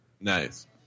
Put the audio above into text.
Nice